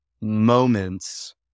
moments